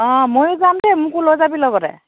অ' ময়ো যাম দেই মোকো লৈ যাবি লগতে